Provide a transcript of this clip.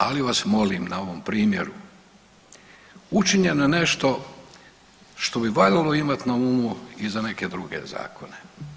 Ali vas molim na ovom primjeru, učinjeno je nešto što bi valjalo imati na umu i za neke druge zakone.